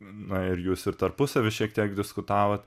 na ir jūs ir tarpusavy šiek tiek diskutavot